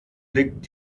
liegt